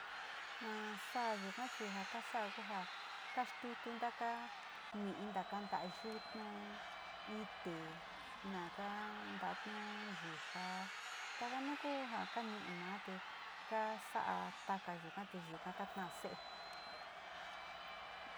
Ja saa yuka chi ja kasa´a ku ja kastutu ntaka mi´i, ntaka nta´a yutnu, ite, nakaa nta´anu yuja taka na ku kani´ima te kasa´a taka yuka, te yuka kaa taa se´e.